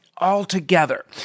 altogether